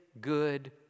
good